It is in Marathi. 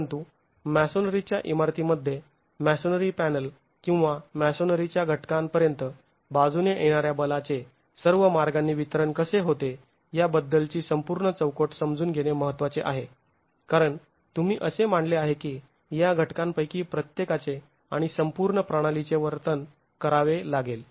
परंतु मॅसोनरीच्या इमारतीमध्ये मॅसोनरी पॅनल किंवा मॅसोनरीच्या घटकापर्यंत बाजूने येणाऱ्या बलाचे सर्व मार्गांनी वितरण कसे होते या बद्दलची संपूर्ण चौकट समजून घेणे महत्त्वाचे आहे कारण तुम्ही असे मानले आहे की या घटकांपैकी प्रत्येकाचे आणि संपूर्ण प्रणालीचे वर्तन करावे लागेल